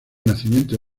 nacimiento